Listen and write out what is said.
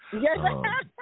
Yes